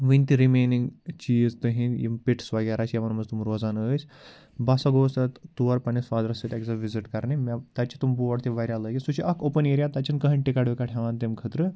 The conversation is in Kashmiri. وٕنہِ تہِ رِمینِنٛگ چیٖز تِہِنٛدۍ یِم پِٹٕس وغیرہ چھِ یِمَن منٛز تِم روزان ٲسۍ بہٕ ہسا گوس تَتھ تور پنٛنِس فادرس سۭتۍ اَکہِ دۄہ وِزِٹ کَرنہِ مےٚ تَتہِ چھِ تِم بوڈ تہِ واریاہ لٲگِتھ سُہ چھِ اکھ اوٚپٕن ایریا تَتہِ چھِنہٕ کٕہۭنۍ ٹِکَٹ وِکَٹ ہٮ۪وان تَمہِ خٲطرٕ